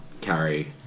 carry